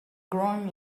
growing